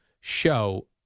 show